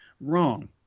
Wrong